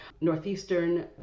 Northeastern